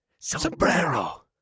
Sombrero